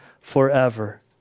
forever